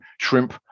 shrimp